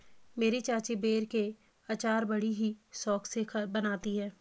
मेरी चाची बेर के अचार बड़ी ही शौक से बनाती है